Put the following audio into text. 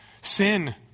sin